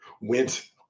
went